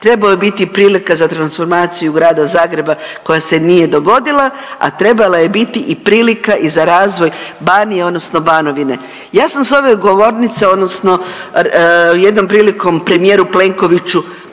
Trebao je biti prilika za transformaciju Grada Zagreba koja se nije dogodila, a trebala je biti i prilika i za razvoj Banije odnosno Banovine. Ja sam s ove govornice odnosno jednom prilikom premijeru Plenkoviću,